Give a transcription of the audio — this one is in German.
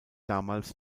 damals